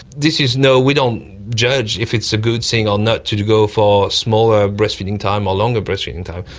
this is no, we don't judge if it's a good thing or not to to go for smaller breastfeeding time or longer breastfeeding time.